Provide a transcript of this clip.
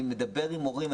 אני מדבר עם הורים,